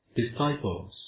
disciples